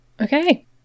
okay